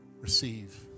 Receive